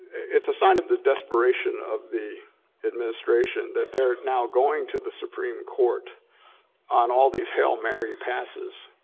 it's a sign of the desperation of the administration that they're now going to the supreme court on all these hail mary passes.